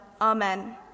Amen